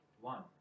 One